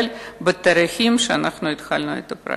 בתאריכים שבהם התחלנו את הפרויקט.